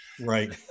right